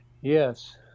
Yes